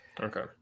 okay